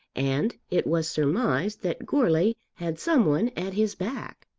and it was surmised that goarly had some one at his back.